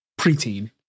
preteen